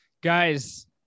Guys